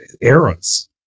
eras